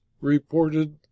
reported